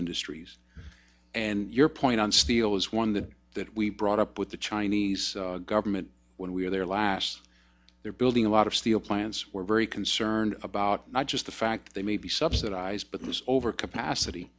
industries and your point on steel is one that that we brought up with the chinese government when we were there last they're building a lot of steel plants we're very concerned about not just the fact they may be subsidized but this overcapacity